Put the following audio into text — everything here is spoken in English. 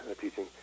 teaching